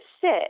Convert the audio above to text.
sit